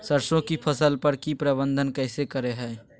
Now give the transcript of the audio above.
सरसों की फसल पर की प्रबंधन कैसे करें हैय?